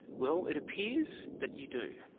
well, it appears that you do.